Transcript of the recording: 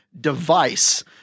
device